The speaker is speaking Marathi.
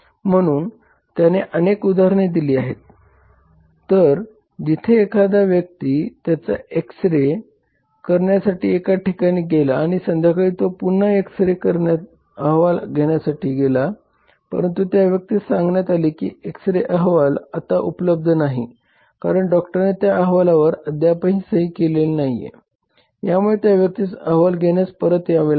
म्हणून त्याने अनेक उदाहरणे दिली आहे त जिथे एखाद्या व्यक्तीने त्याचा एक्स रे करण्यासाठी एका ठिकाणी गेला आणि संद्याकाळी तो पुन्हा एक्स रे अहवाल घेण्यासाठी गेला परंतु त्या व्यक्तीस सांगण्यात आले की एक्स रेअहवाल आता उपलब्ध नाही कारण डॉक्टरने त्या अहवालावर अद्याप सही केलेली नाहीये यामुळे त्या व्यक्तीस अहवाल घेण्यास परत यावे लागेल